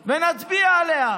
ונצביע עליה.